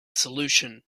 solution